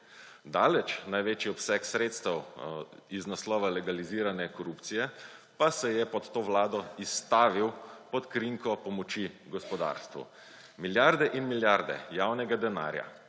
Daleč največji obseg sredstev iz naslova legalizirane korupcije pa se je pod to vlado izstavil pod krinko pomoči gospodarstvu. Milijarde in milijarde javnega denarja,